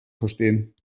verstehen